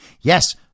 yes